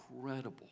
incredible